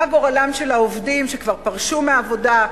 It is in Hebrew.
מה גורלם של העובדים שכבר פרשו מהעבודה,